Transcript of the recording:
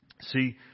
See